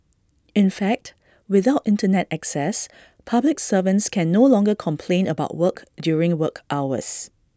in fact without Internet access public servants can no longer complain about work during work hours